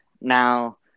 Now